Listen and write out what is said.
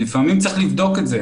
ולפעמים צריך לבדוק את זה,